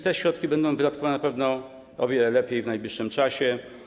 Te środki będą wydatkowane na pewno o wiele lepiej w najbliższym czasie.